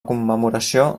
commemoració